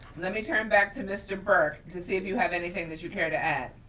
let me turn back to mr. burke to see if you have anything that you care to add.